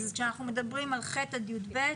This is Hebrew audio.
אנחנו מדברים עם כיתות ח' עד י"ב,